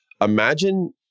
Imagine